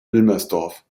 wilmersdorf